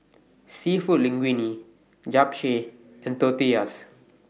Seafood Linguine Japchae and Tortillas